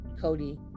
cody